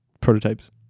prototypes